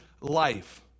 life